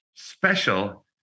special